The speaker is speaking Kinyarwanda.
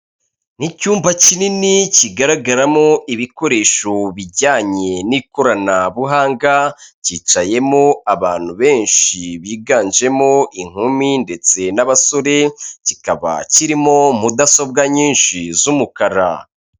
Ni icyumba kinini kigaragaramo ibikoresho bijyanye n'ikoranabuhanga cyicayemo abantu benshi biganjemo inkumi ndetse n'abasore kikaba kirimo mudasobwa nyinshi z'umukara.